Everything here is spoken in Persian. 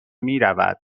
میرود